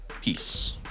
Peace